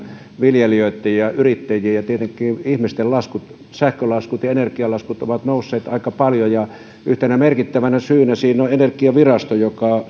viljelijöitten ja yrittäjien ja tietenkin myös muiden ihmisten laskut sähkölaskut ja energialaskut ovat nousseet aika paljon ja yhtenä merkittävänä syynä siihen on energiavirasto joka